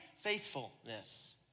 Faithfulness